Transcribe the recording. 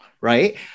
right